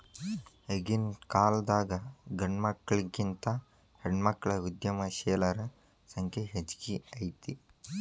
ಈಗಿನ್ಕಾಲದಾಗ್ ಗಂಡ್ಮಕ್ಳಿಗಿಂತಾ ಹೆಣ್ಮಕ್ಳ ಉದ್ಯಮಶೇಲರ ಸಂಖ್ಯೆ ಹೆಚ್ಗಿ ಐತಿ